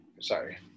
sorry